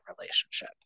relationship